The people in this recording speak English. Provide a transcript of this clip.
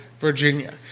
Virginia